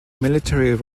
military